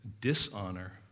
dishonor